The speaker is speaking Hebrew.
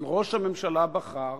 אבל ראש הממשלה בחר,